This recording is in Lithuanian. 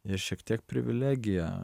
ir šiek tiek privilegija